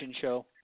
show